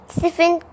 Stephen